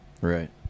right